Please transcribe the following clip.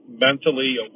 mentally